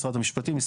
משרד המשפטים,